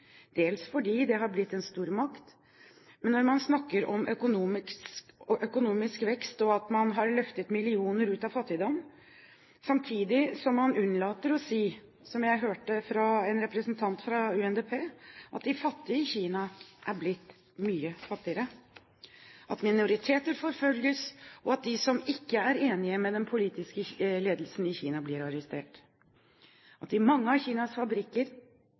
dels fordi det har blitt en stormakt, men man snakker om økonomisk vekst og at man har løftet millioner ut av fattigdom, samtidig som man unnlater å si, som jeg hørte fra en representant fra UNDP, at de fattige i Kina er blitt mye fattigere, at minoriteter forfølges, at de som ikke er enige med den politiske ledelsen i Kina, blir arrestert, og at i mange av Kinas fabrikker